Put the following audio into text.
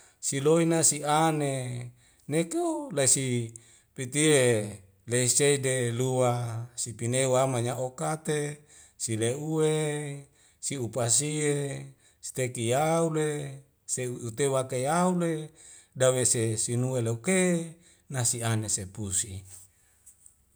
Siloi na si'ane neko laisi petie leise de lua sipei wa manya okate sileu uwe siupasie stekiyau le seu u'utewa waka yaule dawese sinue loke nasi ane sepusi